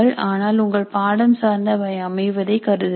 ஆனால் உங்கள் பாடம் சார்ந்து அவை அமைவதை கருதுங்கள்